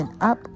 up